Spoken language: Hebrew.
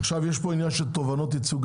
עכשיו, יש פה עניין של תובענות ייצוגיות.